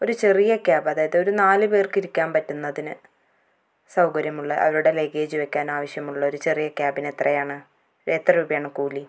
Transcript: ഒരു ചെറിയ ക്യാബ് അതായത് ഒരു നാല് പേർക്ക് ഇരിക്കാൻ പറ്റുന്നതിന് സൗകര്യമുള്ള അവരുടെ ലഗേജ് വയ്ക്കാൻ ആവശ്യമുള്ള ഒരു ചെറിയ ക്യാബിന് എത്രയാണ് എത്ര രൂപയാണ് കൂലി